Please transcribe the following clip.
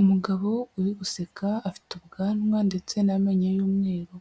Umugabo uri guseka afite ubwanwa ndetse na n'amenyo y'umweru,